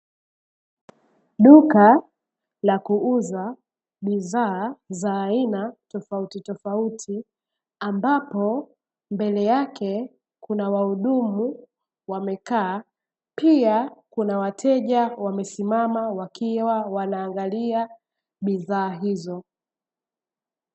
Duka la kuuza bidhaa za aina tofautitofauti, ambapo mbele yake kuna wahudumu wamekaa, pia kuna wateja wamesimama wakiwa wanaangalia bidhaa hizo.